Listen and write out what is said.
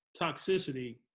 toxicity